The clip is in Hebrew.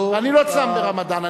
אני לא צם ברמדאן.